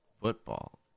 football